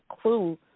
clue